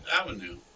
Avenue